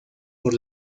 por